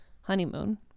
honeymoon